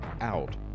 out